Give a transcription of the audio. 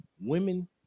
women